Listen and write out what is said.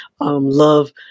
love